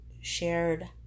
shared